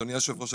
אדוני היושב ראש,